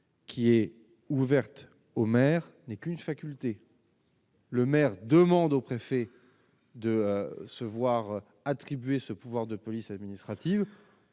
qui est ouverte au maire n'est qu'une faculté. Le maire demande aux préfets de se voir attribuer ce pouvoir de police administrative